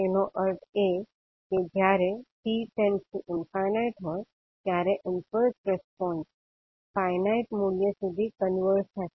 તેનો અર્થ એ કે જ્યારે t →∞ હોય ત્યારે ઈમ્પલ્સ રિસ્પોન્સ ફાઇનાઇટ મૂલ્ય સુધી કન્વર્ઝ થશે